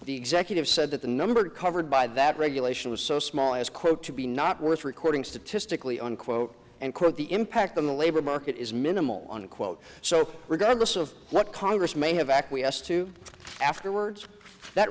the executive said that the number covered by that regulation was so small as quote to be not worth recording statistically unquote and quote the impact on the labor market is minimal unquote so regardless of what congress may have acquiesced to afterwards that